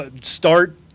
start –